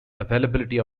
availability